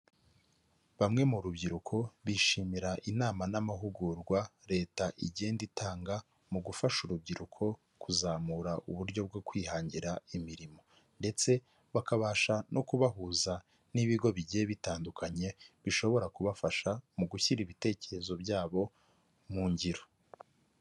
Bamwe mu rubyiruko bishimira inama n'amahugurwa leta igenda itanga mu gufasha urubyiruko kuzamura uburyo bwo kwihangira imirimo, ndetse bakabasha no kubahuza n'ibigo bigiye bitandukanye bishobora kubafasha mu gushyira ibitekerezo byabo mu ngiro.